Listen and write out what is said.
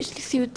יש לי סיוטים,